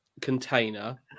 container